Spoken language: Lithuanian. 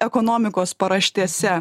ekonomikos paraštėse